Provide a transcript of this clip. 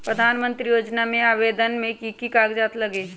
प्रधानमंत्री योजना में आवेदन मे की की कागज़ात लगी?